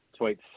tweets